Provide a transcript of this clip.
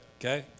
Okay